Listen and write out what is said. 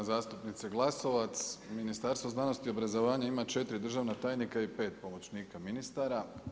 Uvažena zastupnice Glasovac, Ministarstvo znanosti i obrazovanja ima 4 državna tajnika i 5 pomoćnika ministara.